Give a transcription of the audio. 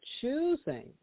choosing